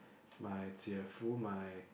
my Jie-Fu my